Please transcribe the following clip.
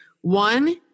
One